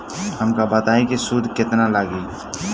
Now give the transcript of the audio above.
हमका बताई कि सूद केतना लागी?